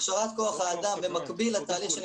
הכשרת כוח האדם היא במקביל לתהליך.